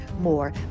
more